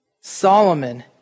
Solomon